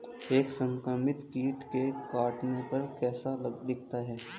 एक संक्रमित कीट के काटने पर कैसा दिखता है?